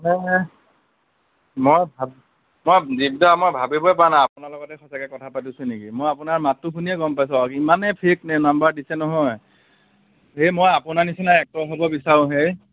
মানে মই ভা মই দ্বীপ দা মই ভাবিবই পৰা নাই আপোনাৰ লগতে সচাঁকৈ কথা পাতিছোঁ নেকি মই আপোনাৰ মাতটো শুনিয়ে গম পাইছোঁ আৰু ইমানেই ফেক নাম্বাৰ দিছে নহয় এ মই আপোনাৰ নিচিনা এক্টৰ হ'ব বিচাৰোঁ হে